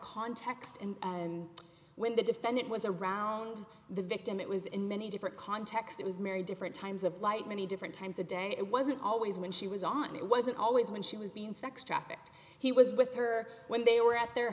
context in and when the defendant was around the victim it was in many different context it was mary different times of light many different times a day it wasn't always when she was on it wasn't always when she was being sex trafficked he was with her when they were at their